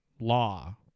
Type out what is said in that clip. law